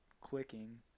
clicking